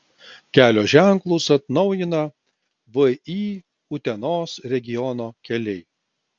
kelio ženklus atnaujina vį utenos regiono keliai